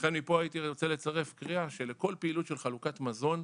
ולכן מפה הייתי רוצה לצרף קריאה שלכל פעילות של חלוקת מזון,